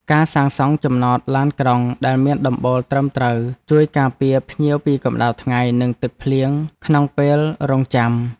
ការសាងសង់ចំណតឡានក្រុងដែលមានដំបូលត្រឹមត្រូវជួយការពារភ្ញៀវពីកម្តៅថ្ងៃនិងទឹកភ្លៀងក្នុងពេលរង់ចាំ។